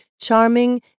Charming